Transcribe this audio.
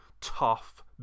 tough